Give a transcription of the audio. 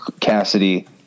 Cassidy